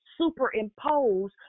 superimpose